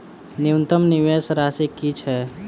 न्यूनतम निवेश राशि की छई?